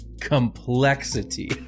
complexity